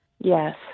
Yes